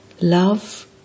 love